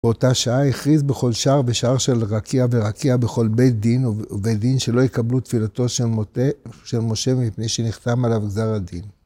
באותה שעה הכריז בכל שער ושער של רקיע ורקיע בכל בית דין ובית דין שלא יקבלו תפילתו של מוטה של משה מפני שנחתם עליו גזר הדין.